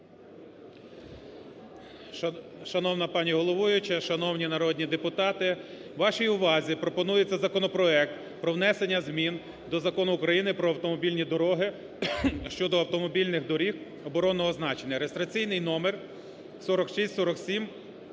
Шановна пані головуюча, шановні народні депутати! Вашій увазі пропонується законопроект про внесення змін до Закону України "Про автомобільні дороги щодо автомобільних доріг оборонного значення (реєстраційний номер 4647,